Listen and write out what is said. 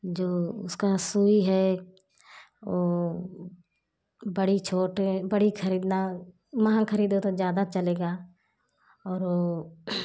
जो उसक सुई है वो बड़ी छोटे बड़ी खरीदना महा खरीदो तो ज्यादा चलेगा और वो